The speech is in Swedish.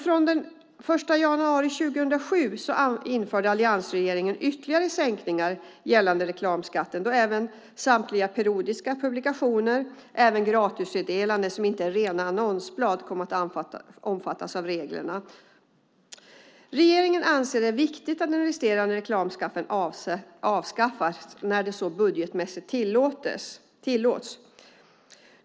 Från den 1 januari 2007 införde alliansregeringen ytterligare sänkningar gällande reklamskatten då även samtliga periodiska publikationer - även gratisutdelade, som inte är rena annonsblad - kom att omfattas av reglerna. Regeringen anser det viktigt att den resterande reklamskatten avskaffas när så budgetmässigt tillåts.